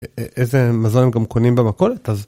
איזה מזלם גם קונים במכולת אז.